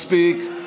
מספיק.